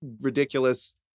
ridiculous